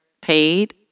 paid